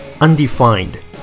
undefined